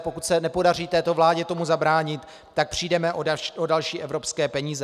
Pokud se nepodaří této vládě tomu zabránit, tak přijdeme o další evropské peníze.